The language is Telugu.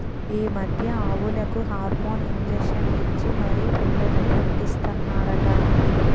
ఈ మధ్య ఆవులకు హార్మోన్ ఇంజషన్ ఇచ్చి మరీ పిల్లల్ని పుట్టీస్తన్నారట